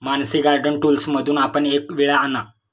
Mansi garden टूल्समधून आपण एक विळा आणा